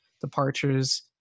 departures